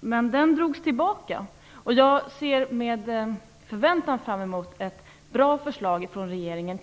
men den drogs tillbaka. Jag ser med förväntan fram emot ett bra förslag från regeringen.